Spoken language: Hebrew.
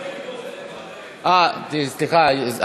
סליחה,